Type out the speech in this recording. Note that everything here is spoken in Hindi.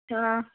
हाँ